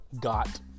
got